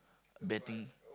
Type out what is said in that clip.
betting